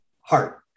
heart